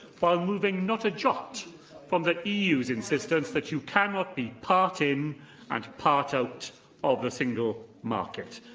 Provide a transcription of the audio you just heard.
while moving not a jot from the eu's insistence that you cannot be part in and part out of the single market.